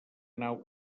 nau